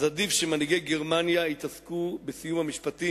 אז עדיף שמנהיגי גרמניה יתעסקו בסיוע משפטי